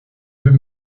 deux